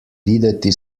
videti